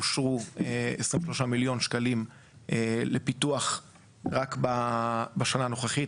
אושרו 23 מיליון שקלים לפיתוח רק בשנה הנוכחית.